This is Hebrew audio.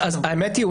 האמת היא,